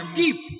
deep